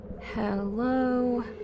Hello